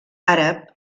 àrab